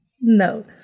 No